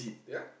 yeah